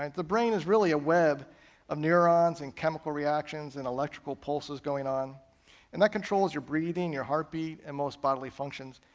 the brain is really a web of neurons and chemical reactions and like pulses going on, and that controls your breathing, your heartbeat, and most bodily functions.